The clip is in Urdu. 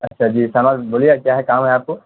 اچھا جی شاہنواز بولیے کیا ہے کام ہے آپ کو